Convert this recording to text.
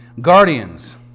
guardians